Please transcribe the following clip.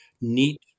neat